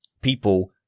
people